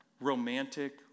romantic